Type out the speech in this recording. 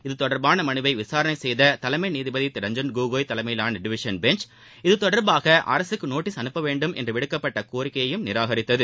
இது தொடர்பான மனுவை விசாரணை செய்த தலைமை நீதிபதி திரு ரஞ்சன் கோகோய் தலைமயிலாள டிவிஷன் பெஞ்ச் இது தொடர்பாக அரசுக்கு நோட்டஸ் அனுப்பவேண்டும் என்று விடுக்கப்பட்ட கோரிக்கையையும் நிராகரித்தது